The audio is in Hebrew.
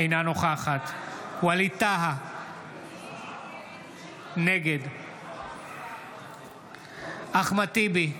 אינה נוכחת ווליד טאהא, נגד אחמד טיבי,